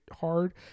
hard